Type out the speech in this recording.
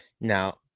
Now